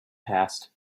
passed